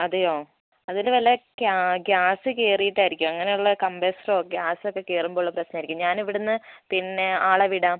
അതേയോ അതിന് വല്ല ഗ്യാസ് കയറിയിട്ടായിരിക്കും അങ്ങനെയുള്ള കംമ്പ്രസ്സറോ ഗ്യാസ് ഒക്കെ കയറുമ്പോൾ ഉള്ള പ്രശ്നമായിരിക്കും ഞാനിവിടെ നിന്ന് പിന്നെ ആളെ വിടാം